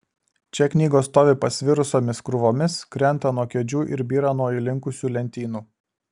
čia knygos stovi pasvirusiomis krūvomis krenta nuo kėdžių ir byra nuo įlinkusių lentynų